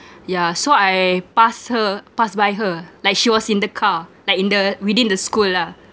yeah so I pass her pass by her like she was in the car like in the within the school lah